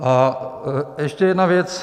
A ještě jedna věc.